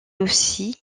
aussi